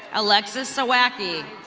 alexa soacki.